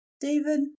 David